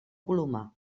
colomar